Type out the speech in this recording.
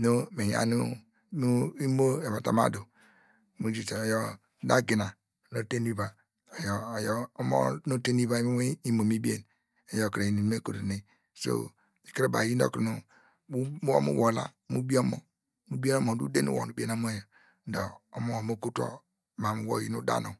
nu muyan nu, nu imo eva ta ma du, oyor da gina nu otenu iva, oyor omo nu ete nu wa mu imome nu mi bein iyor kre ini nu me kotu ne ikikre baw iyin okunu wor mu wola mu bie omo, dor uderi wor nu ubie nu omo yor, omor wor mo kotu wor mam wor uyi nu da nonw.